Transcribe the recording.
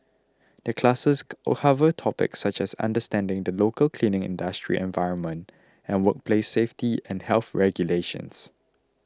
the classes cover topics such as understanding the local cleaning industry environment and workplace safety and health regulations